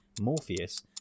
Morpheus